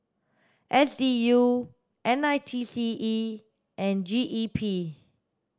S D U N I T E C and G E P